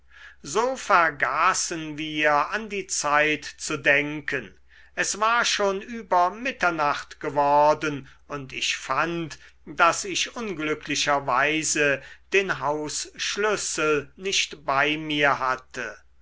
so vergaßen wir an die zeit zu denken es war schon über mitternacht geworden und ich fand daß ich unglücklicherweise den hausschlüssel nicht bei mir hatte